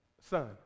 Son